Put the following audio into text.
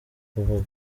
kuvugwa